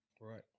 Right